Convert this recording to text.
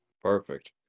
Perfect